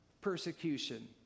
persecution